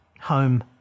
home